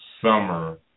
summer